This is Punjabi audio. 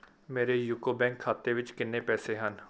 ਮੇਰੇ ਯੂਕੋ ਬੈਂਕ ਖਾਤੇ ਵਿੱਚ ਕਿੰਨੇ ਪੈਸੇ ਹਨ